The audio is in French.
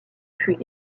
fut